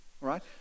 right